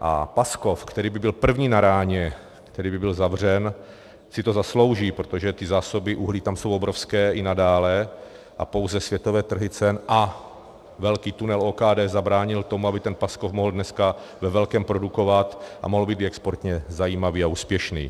A Paskov, který by byl první na ráně, který by byl zavřen, si to zaslouží, protože zásoby uhlí tam jsou obrovské i nadále a pouze světové trhy cen a velký tunel OKD zabránil tomu, aby ten Paskov mohl dneska ve velkém produkovat a mohl by být exportně zajímavý a úspěšný.